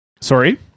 Sorry